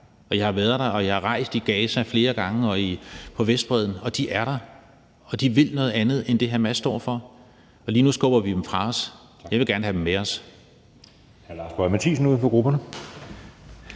Jeg har været der, og jeg har rejst i Gaza flere gange og på Vestbredden, og de er der, og de vil noget andet end det, Hamas står for, men lige nu skubber vi dem fra os, og jeg vil gerne have dem med os.